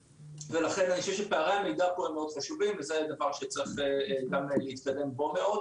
לכן אני חושב שפערי המידע מאוד חשובים וזה דבר שצריך גם להתקדם בו מאוד